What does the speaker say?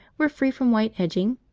were free from white edging,